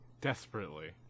Desperately